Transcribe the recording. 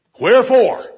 Wherefore